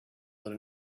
what